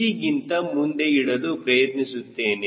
G ಗಿಂತ ಮುಂದೆ ಇಡಲು ಪ್ರಯತ್ನಿಸುತ್ತೇನೆ